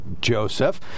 Joseph